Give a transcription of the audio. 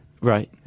Right